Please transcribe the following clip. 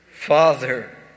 Father